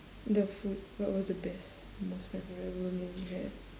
the food what was the best most memorable meal you had